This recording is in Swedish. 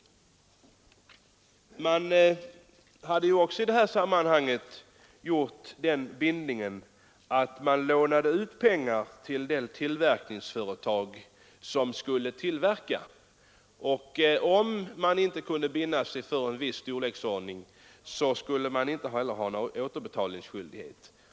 Man hade i detta sammanhang gjort en bindning genom att låna ut pengar till de företag som skulle sköta tillverkningen. Om man inte kunde binda sig för en beställning av viss storlek skulle det inte föreligga någon återbetalningsskyldighet.